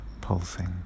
pulsing